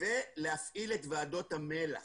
ולהפעיל את ועדות המל"ח.